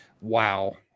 Wow